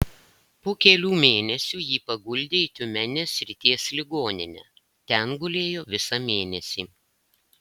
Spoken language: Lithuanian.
po kelių mėnesių jį paguldė į tiumenės srities ligoninę ten gulėjo visą mėnesį